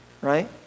right